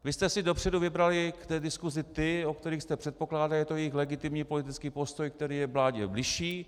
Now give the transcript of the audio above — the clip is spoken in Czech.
Vy jste si dopředu vybrali k diskusi ty, o kterých jste předpokládali, že je to jejich legitimní politický postoj, který je vládě bližší.